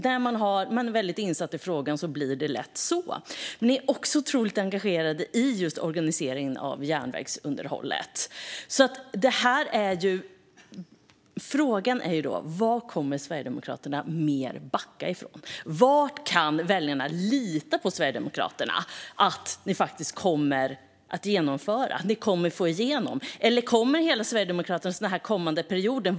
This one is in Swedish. När man är väldigt insatt i frågan blir det dock lätt så. Sverigedemokraterna är också otroligt engagerade i organiseringen av järnvägsunderhållet. Frågan är då: Vad mer kommer Sverigedemokraterna att backa från? Vad kan väljarna lita på att Sverigedemokraterna faktiskt kommer att genomföra och få igenom? Vad kommer Sverigedemokraterna att göra under den kommande perioden?